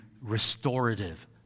restorative